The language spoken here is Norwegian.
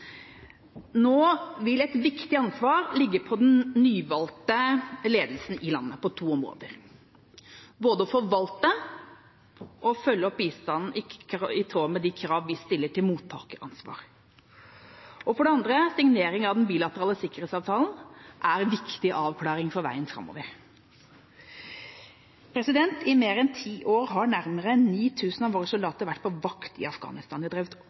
Nå vil et viktig ansvar ligge på den nyvalgte ledelsen i landet, på to områder, både å forvalte og å følge opp bistanden i tråd med de krav vi stiller til mottakeransvar og signering av den bilaterale sikkerhetsavtalen, som er en viktig avklaring for veien framover. I mer enn ti år har nærmere 9 000 av våre soldater vært på vakt i Afghanistan. De har drevet opplæring, de har gitt støtte, og de har stått i